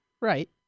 Right